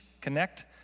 connect